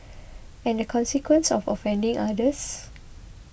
and the consequence of offending others